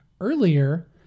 earlier